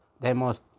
demos